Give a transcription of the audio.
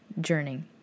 journey